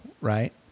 right